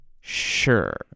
Sure